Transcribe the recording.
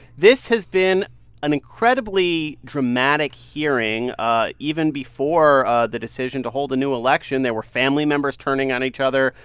this has been an incredibly dramatic hearing ah even before the decision to hold a new election. there were family members turning on each other.